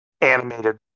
animated